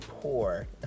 poor